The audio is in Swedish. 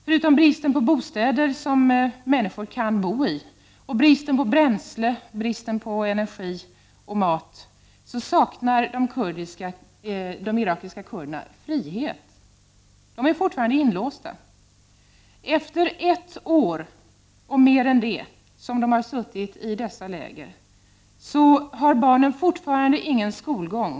Förutom bristen på bostäder som människor kan bo ii, bristen på bränsle, bristen på energi och mat saknar de irakiska kurderna frihet. De är fortfarande inlåsta. Efter mer än ett år i läger har barnen fortfarande ingen skolgång.